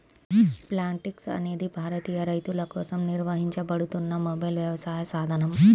Plantix అనేది భారతీయ రైతులకోసం నిర్వహించబడుతున్న మొబైల్ వ్యవసాయ సాధనం